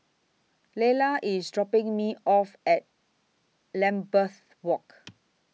Leyla IS dropping Me off At Lambeth Walk